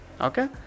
Okay